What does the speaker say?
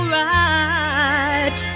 right